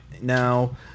Now